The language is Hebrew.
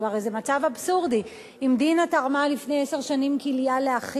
הרי זה מצב אבסורדי: אם דינה תרמה לפני עשר שנים לאחיה,